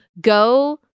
go